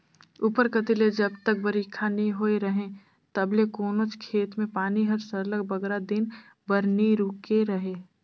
उपर कती ले जब तक बरिखा नी होए रहें तब ले कोनोच खेत में पानी हर सरलग बगरा दिन बर नी रूके रहे